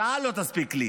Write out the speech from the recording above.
שעה לא תספיק לי.